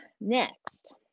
Next